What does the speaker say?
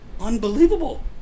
unbelievable